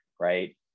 Right